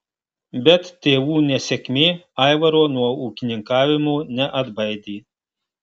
bet tėvų nesėkmė aivaro nuo ūkininkavimo neatbaidė